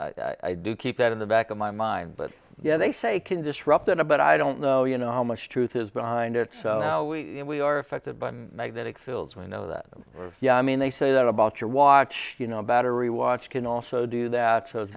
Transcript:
and i do keep that in the back of my mind but yeah they say can disrupt in a but i don't know you know how much truth is behind it so now we we are affected by magnetic fields we know that yeah i mean they say that about your watch you know a battery watch can also do that s